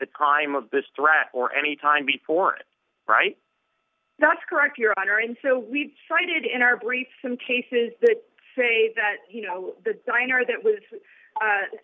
the time of this threat or any time before and right now that's correct your honor and so we've cited in our brief some cases that say that you know the diner that was